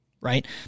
Right